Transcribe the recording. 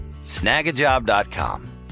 Snagajob.com